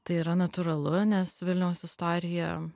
tai yra natūralu nes vilniaus istorija